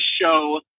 show